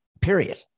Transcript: period